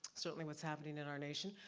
certainly what's happening in our nation,